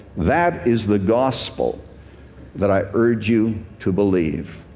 that is the gospel that i urge you to believe.